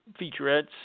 featurettes